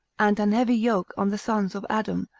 and an heavy yoke on the sons of adam,